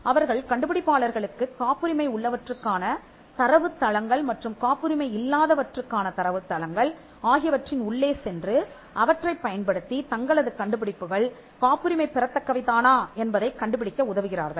அவர்கள் கண்டுபிடிப்பாளர்களுக்குக் காப்புரிமை உள்ளவற்றுக்கான தரவுத்தளங்கள் மற்றும் காப்புரிமை இல்லாதவற்றுக்கான தரவுத் தளங்கள் ஆகியவற்றின் உள்ளே சென்று அவற்றைப் பயன்படுத்தித் தங்களது கண்டுபிடிப்புகள் காப்புரிமை பெறத்தக்கவை தானா என்பதைக் கண்டுபிடிக்க உதவுகிறார்கள்